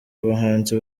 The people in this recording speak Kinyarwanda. abahanzi